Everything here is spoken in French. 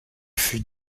fut